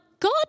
God